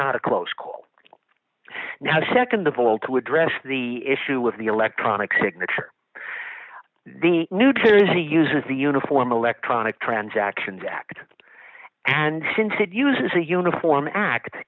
not a close call now nd of all to address the issue with the electronic signature the new jersey uses the uniform electronic transactions act and since it uses a uniform act